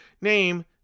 name